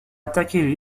attaqué